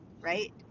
right